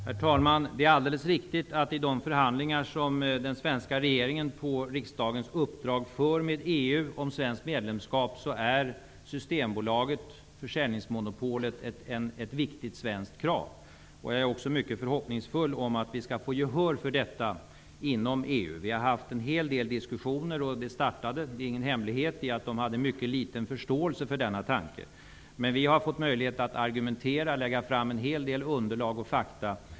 Herr talman! Det är alldeles riktigt att i de förhandlingar som den svenska regeringen på riksdagens uppdrag för med EU om svenskt medlemskap är Systembolaget, försäljningsmonopolet, ett viktigt svenskt krav. Jag är också mycket förhoppningsfull om att vi skall få gehör för detta inom EU. Vi har haft en hel del diskussioner, och de startade -- det är ingen hemlighet -- med att man hade mycket liten förståelse för denna tanke. Men vi har fått möjlighet att argumentera, att lägga fram en hel del underlag och fakta.